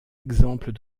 exemples